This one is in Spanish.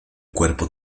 cuerpo